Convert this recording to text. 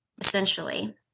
essentially